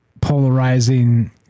polarizing